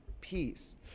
peace